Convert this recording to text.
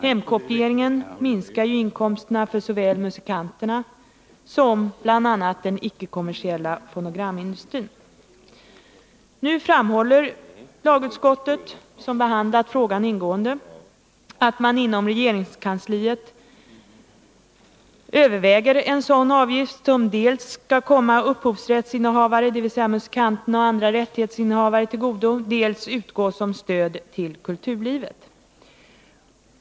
Hemkopieringen minskar ju inkomsterna för såväl musikanterna som bl.a. den icke-kommersiella fonogramindustrin. Nu framhåller lagutskottet, som behandlat frågan ingående, att man inom regeringskansliet överväger en sådan avgift, som dels skall komma upphovsrättsinnehavare, dvs. musikanterna och andra rättighetsinnehavare, till godo, dels utgå som stöd till kulturlivet.